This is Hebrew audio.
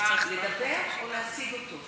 לדבר או להציג אותו?